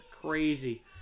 crazy